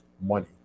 money